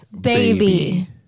baby